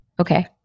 Okay